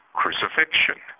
crucifixion